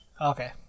Okay